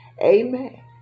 amen